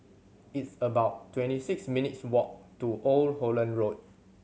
it's about twenty six minutes' walk to Old Holland Road